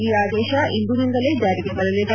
ಈ ಆದೇಶ ಇಂದಿನಿಂದಲೇ ಜಾರಿಗೆ ಬರಲಿದೆ